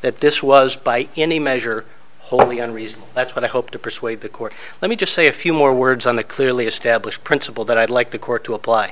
that this was by any measure wholly unreasonable that's what i hope to persuade the court let me just say a few more words on the clearly established principle that i'd like the court to apply